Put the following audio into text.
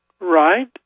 Right